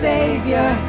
Savior